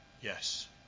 Yes